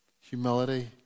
humility